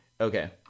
okay